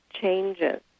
changes